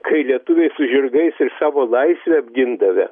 kai lietuviai su žirgais ir savo laisvę apgindavę